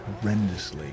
Horrendously